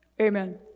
amen